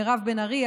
מירב בן ארי,